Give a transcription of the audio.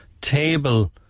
table